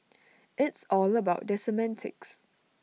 it's all about the semantics